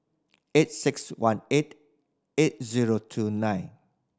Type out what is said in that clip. eight six one eight eight zero two nine